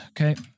okay